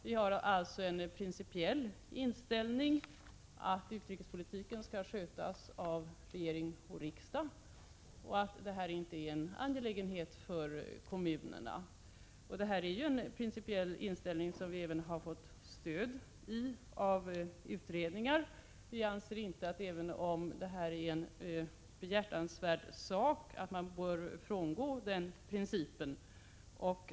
Vi har alltså en principiell inställning att utrikespolitiken skall skötas av regering och riksdag och att detta inte är en angelägenhet för kommunerna. I denna vår principiella inställning har vi fått stöd även av utredningar. Vi anser inte att man. även om det här är en behjärtansvärd sak, bör frångå den principen.